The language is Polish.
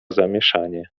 zamieszanie